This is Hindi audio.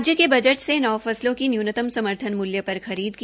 राज्य के बजट से नौ फसलों की न्यूनतम समर्थन मूल्य पर खरीद की